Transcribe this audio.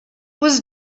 was